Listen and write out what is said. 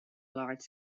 large